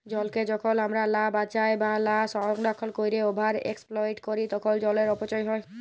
জলকে যখল আমরা লা বাঁচায় বা লা সংরক্ষল ক্যইরে ওভার এক্সপ্লইট ক্যরি তখল জলের অপচয় হ্যয়